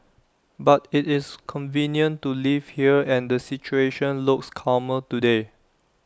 but IT is convenient to live here and the situation looks calmer today